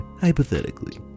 Hypothetically